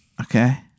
Okay